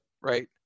Right